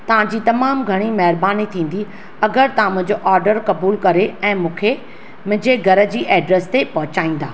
तव्हांजी तमामु घणी महिरबानी थींदी अगरि तव्हां मुंहिंजो ऑडर कबूल करे ऐं मूंखे मुंहिंजे घर जी ऐड्रेस ते पहुचाईंदा